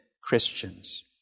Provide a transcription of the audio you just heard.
Christians